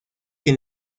que